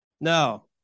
No